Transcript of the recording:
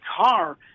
car